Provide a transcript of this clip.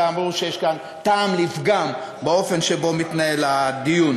ואמרו שיש כאן טעם לפגם באופן שבו מתקיים הדיון.